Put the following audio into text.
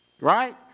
Right